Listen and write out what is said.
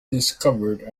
discovered